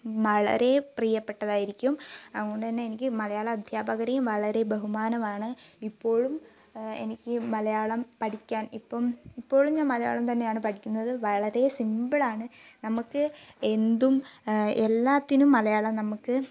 വളരേ പ്രിയപ്പെട്ടതായിരിക്കും അതുകൊണ്ടുതന്നെ എനിക്ക് മലയാളം അധ്യാപകരെയും വളരേ ബഹുമാനമാണ് ഇപ്പോഴും എനിക്ക് മലയാളം പഠിക്കാൻ ഇപ്പം ഇപ്പോഴും ഞാൻ മലയാളം തന്നെയാണ് പഠിക്കുന്നത് വളരേ സിംപിളാണ് നമുക്ക് എന്തും എല്ലാത്തിനും മലയാളം നമുക്ക്